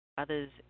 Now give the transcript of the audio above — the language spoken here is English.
Others